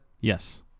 Yes